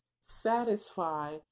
satisfy